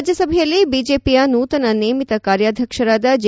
ರಾಜ್ಯಸಭೆಯಲ್ಲಿ ಬಿಜೆಪಿಯ ನೂತನ ನೇಮಿತ ಕಾರ್ಯಾಧ್ಯಕ್ಷರಾದ ಜೆ